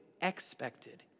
expected